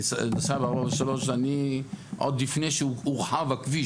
אני נוסע ב-443 עוד לפני שהורחב הכביש.